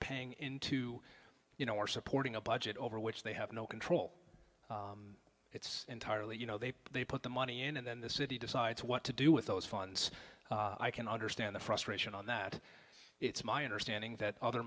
paying into you know or supporting a budget over which they have no control it's entirely you know they they put the money in and then the city decides what to do with those funds i can understand the frustration on that it's my understanding that other